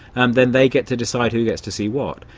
and then they get to decide who gets to see what.